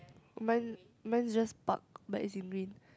mine mine just park by S_U_V